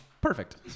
perfect